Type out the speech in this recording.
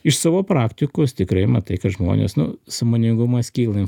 iš savo praktikos tikrai matai kad žmonės nu sąmoningumas kyla